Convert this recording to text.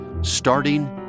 starting